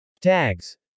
Tags